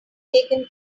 taken